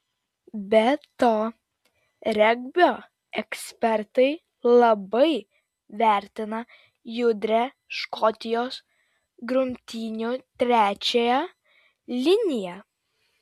be to regbio ekspertai labai vertina judrią škotijos grumtynių trečiąją liniją